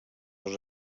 els